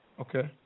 Okay